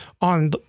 on